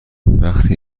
وقتی